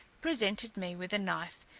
presented me with a knife,